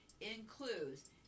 includes